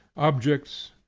objects,